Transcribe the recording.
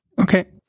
Okay